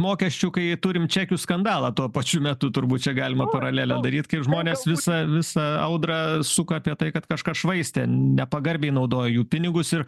mokesčių kai turim čekių skandalą tuo pačiu metu turbūt čia galima paralelę daryt kaip žmonės visą visą audrą suka apie tai kad kažkas švaistė nepagarbiai naudojo jų pinigus ir